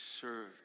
serve